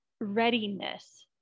readiness